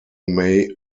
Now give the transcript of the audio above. may